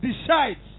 decides